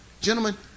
Gentlemen